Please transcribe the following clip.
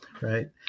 right